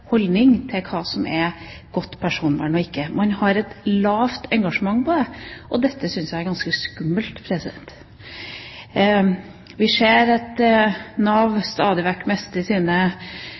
holdning til hva som er godt personvern. Man har et lavt engasjement på det. Dette synes jeg er ganske skummelt. Vi ser at Nav stadig vekk mister sine